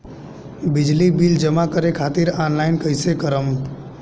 बिजली बिल जमा करे खातिर आनलाइन कइसे करम?